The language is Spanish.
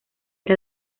era